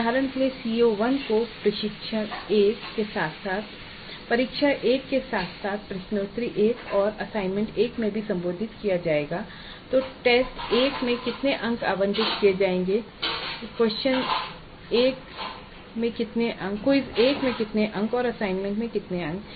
उदाहरण के लिए CO1 को परीक्षण 1 के साथ साथ प्रश्नोत्तरी 1 और असाइनमेंट 1 में भी संबोधित किया जाएगा तो टेस्ट 1 में कितने अंक आवंटित किए जाएंगे Q 1 में कितने होंगे और असाइनमेंट 1 में कितने होंगे